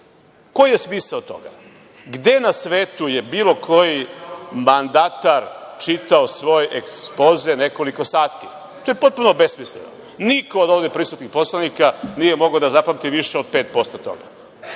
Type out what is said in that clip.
Koji je smisao toga? Gde na svetu je bilo koji mandatar čitao svoj ekspoze nekoliko sati? To je potpuno besmisleno. Niko od ovde prisutnih poslanika nije mogao da zapamti više od 5% toga.